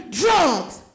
drugs